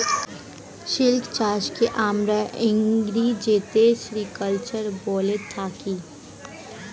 silk চাষকে আমরা ইংরেজিতে সেরিকালচার বলে থাকি